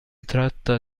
tratta